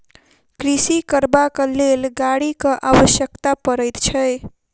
कृषि करबाक लेल गाड़ीक आवश्यकता पड़ैत छै